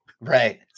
Right